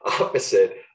opposite